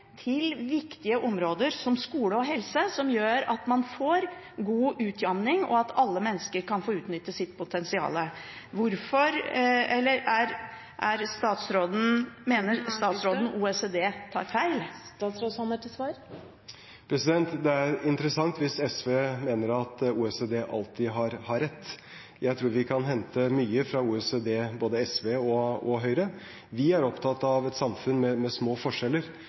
til viktige områder som skole og helse, som gjør at man får god utjamning, og at alle mennesker kan få utnytte sitt potensial. Mener statsråden OECD tar feil? Det er interessant hvis SV mener at OECD alltid har rett. Jeg tror vi kan hente mye fra OECD, både SV og Høyre. Vi er opptatt av et samfunn med små forskjeller,